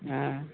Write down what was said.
ہاں